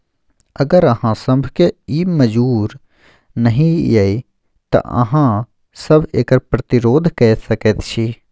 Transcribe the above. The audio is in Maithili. अगर अहाँ सभकेँ ई मजूर नहि यै तँ अहाँ सभ एकर प्रतिरोध कए सकैत छी